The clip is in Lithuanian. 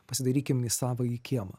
pasidairykim į savąjį kiemą